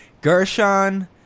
Gershon